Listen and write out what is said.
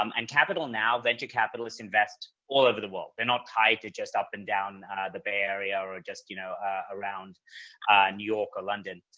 um and capital now, venture capitalists invest all over the world. they're not tied to just up and down the bay area or or just you know around new york or london.